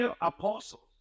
apostles